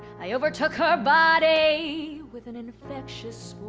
i overtook her body with an infectious